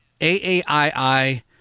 AAII